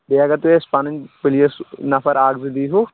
بیٚیہِ اگر تُہۍ اَسہِ پَنٕنۍ پُلیٖس نَفر اَکھ زٕ دی ہوٗ